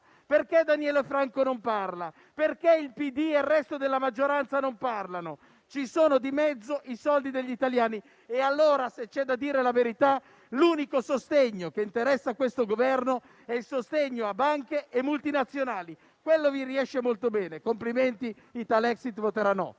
Perché Daniele Franco non parla? Perché il PD e il resto della maggioranza non parlano? Ci sono di mezzo i soldi degli italiani. E allora, se c'è da dire la verità, l'unico sostegno che interessa a questo Governo è il sostegno a banche e multinazionali: quello vi riesce molto bene. Complimenti! Italexit voterà no.